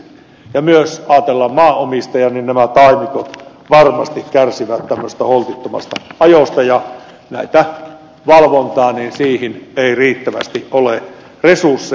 kun myös ajatellaan maanomistajia niin taimikot varmasti kärsivät tämmöisestä holtittomasta ajosta ja valvontaan ei valitettavasti ole riittävästi resursseja